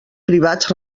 privats